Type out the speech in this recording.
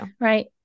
Right